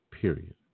Period